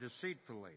deceitfully